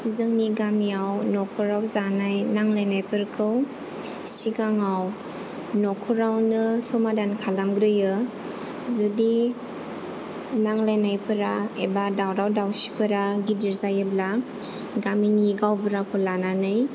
जोंनि गामियाव नखराव जानाय नांलायनायफोरखौ सिगाङाव नखरावनो समाधान खालामग्रोयो जुदि नांलायनायफोरा एबा दावराव दावसिफोरा गिदिर जायोब्ला गामिनि गावबुराखौ लानानै